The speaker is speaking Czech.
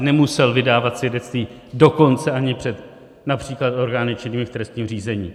Nemusel vydávat svědectví dokonce ani před například orgány činnými v trestním řízení.